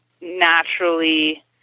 naturally